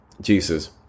Jesus